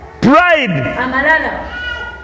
Pride